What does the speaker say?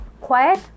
quiet